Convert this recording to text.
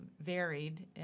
varied